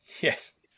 yes